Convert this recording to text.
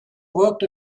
worked